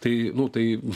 tai nu tai